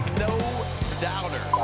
no-doubter